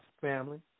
family